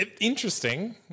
Interesting